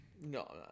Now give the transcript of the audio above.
No